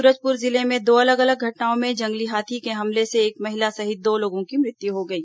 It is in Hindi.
सूरजपुर जिले में दो अलग अलग घटनाओं में जंगली हाथी के हमले से एक महिला सहित दो लोगों की मृत्यु हो गई